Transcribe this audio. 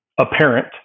apparent